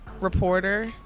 reporter